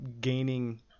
gaining